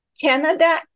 Canada